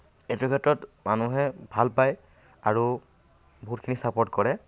সেইটো ক্ষেত্ৰত মানুহে ভাল পায় আৰু বহুতখিনি চাপৰ্ট কৰে